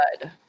good